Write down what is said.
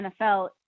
NFL